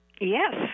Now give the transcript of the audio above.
Yes